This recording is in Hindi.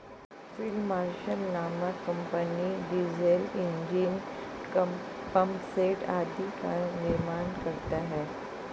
फील्ड मार्शल नामक कम्पनी डीजल ईंजन, पम्पसेट आदि का निर्माण करता है